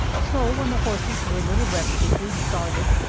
so, when the horses were a little rested, we started,